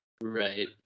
Right